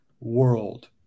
world